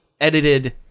edited